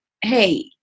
hey